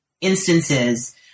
instances